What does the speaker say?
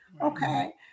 okay